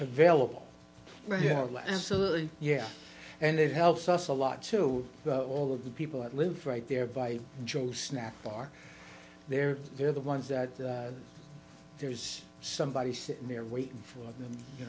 available yeah absolutely yeah and it helps us a lot to all of the people that live right there by snap are there they're the ones that there's somebody sitting there waiting for them you